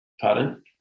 Pardon